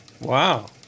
Wow